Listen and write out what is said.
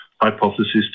hypothesis